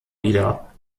wieder